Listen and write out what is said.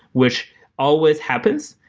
which always happens,